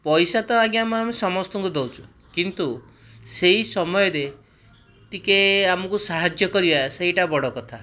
ପଇସା ତ ଆଜ୍ଞା ଆମେ ସମସ୍ତଙ୍କୁ ଦେଉଛୁ କିନ୍ତୁ ସେହି ସମୟରେ ଟିକିଏ ଆମକୁ ସାହାଯ୍ୟ କରିବା ସେଇଟା ବଡ଼ କଥା